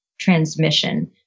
transmission